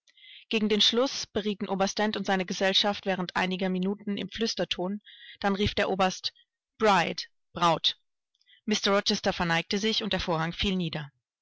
gegen den schluß hin berieten oberst dent und seine gesellschaft während einiger minuten im flüsterton dann rief der oberst bride braut mr rochester verneigte sich und der vorhang fiel nieder